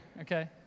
Okay